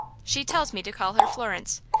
she tells me to call her florence.